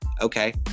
okay